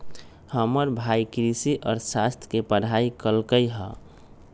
हमर भाई कृषि अर्थशास्त्र के पढ़ाई कल्कइ ह